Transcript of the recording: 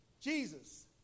Jesus